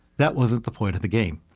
that wasn't the point of the game.